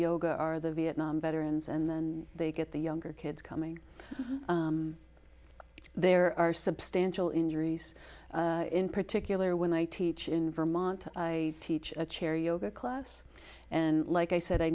yoga are the vietnam veterans and they get the younger kids coming there are substantial injuries in particular when i teach in vermont i teach a chair yoga class and like i said i